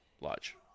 lodge